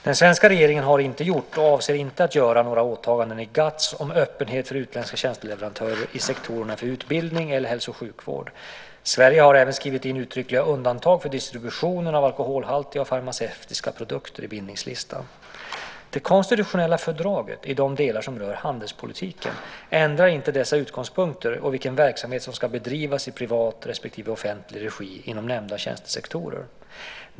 Den svenska regeringen har inte gjort, och avser inte att göra, några åtaganden i GATS om öppenhet för utländska tjänsteleverantörer i sektorerna för utbildning eller hälso och sjukvård. Sverige har även skrivit in uttryckliga undantag för distribution av alkoholhaltiga och farmaceutiska produkter i bindningslistan. Det konstitutionella fördraget i de delar som rör handelspolitiken ändrar inte dessa utgångspunkter och vilken verksamhet som ska bedrivas i privat respektive offentlig regi inom nämnda tjänstesektorer.